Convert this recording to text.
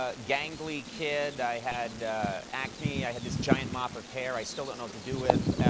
ah gangly kid. i had acne. i had this giant mop of hair i still don't know to do with.